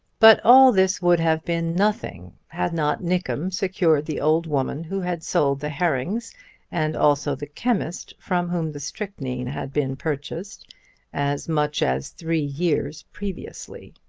but all this would have been nothing had not nickem secured the old woman who had sold the herrings and also the chemist, from whom the strychnine had been purchased as much as three years previously.